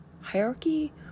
hierarchy